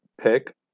pick